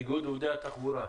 איגוד עובדי התחבורה.